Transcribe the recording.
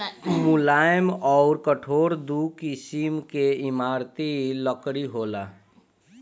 मुलायम अउर कठोर दू किसिम के इमारती लकड़ी होला